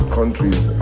countries